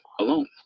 alone